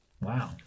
wow